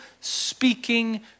speaking